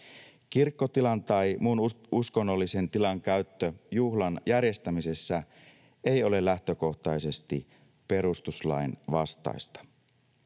Kirkkotilan tai muun uskonnollisen tilan käyttö juhlan järjestämisessä ei ole lähtökohtaisesti perustuslain vastaista.